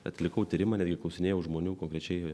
atlikau tyrimą netgi klausinėjau žmonių konkrečiai